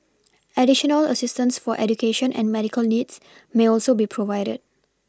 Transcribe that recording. additional assistance for education and medical needs may also be provided